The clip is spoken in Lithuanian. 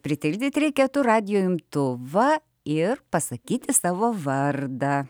pritildyt reikėtų radijo imtuvą ir pasakyti savo vardą